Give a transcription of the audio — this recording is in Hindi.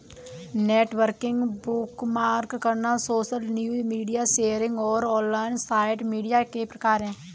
नेटवर्किंग, बुकमार्क करना, सोशल न्यूज, मीडिया शेयरिंग और ऑनलाइन साइट मीडिया के प्रकार हैं